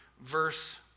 verse